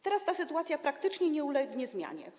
Teraz ta sytuacja praktycznie nie ulegnie zmianie.